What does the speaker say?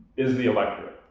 is the electorate?